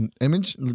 Image